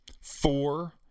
Four